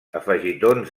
afegitons